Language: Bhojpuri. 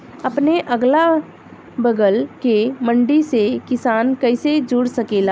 अपने अगला बगल के मंडी से किसान कइसे जुड़ सकेला?